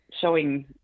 showing